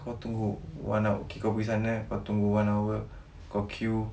kau tunggu one hour K kau pergi sana kau tunggu one hour kau queue